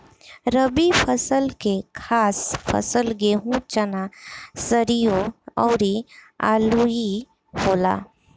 रबी फसल के खास फसल गेहूं, चना, सरिसो अउरू आलुइ होला